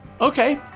Okay